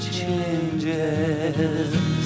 changes